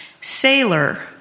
Sailor